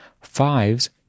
fives